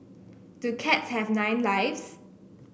do cats have nine lives